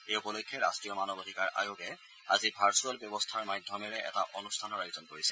এই উপলক্ষে ৰাষ্ট্ৰীয় মানৱ অধিকাৰ আয়োগে আজি ভাৰ্চুৱেল ব্যৱস্থাৰ মাধ্যমেৰে এটা অনুষ্ঠানৰ আয়োজন কৰিছে